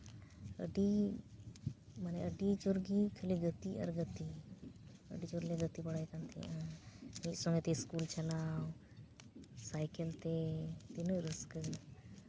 ᱟᱹᱰᱤ ᱢᱟᱱᱮ ᱟᱹᱰᱤ ᱡᱳᱨ ᱜᱮ ᱠᱷᱟᱹᱞᱤ ᱜᱟᱛᱮ ᱟᱨ ᱜᱟᱛᱮ ᱟᱹᱰᱤ ᱡᱳᱨᱞᱮ ᱜᱟᱛᱮ ᱵᱟᱲᱟᱭ ᱠᱟᱱ ᱛᱟᱦᱮᱱᱟ ᱢᱤᱫ ᱥᱚᱝᱜᱮ ᱛᱮ ᱤᱥᱠᱩᱞ ᱪᱟᱞᱟᱣ ᱥᱟᱭᱠᱮᱞ ᱛᱮ ᱛᱤᱱᱟᱹᱜ ᱨᱟᱹᱥᱠᱟᱹ